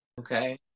Okay